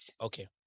Okay